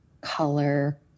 color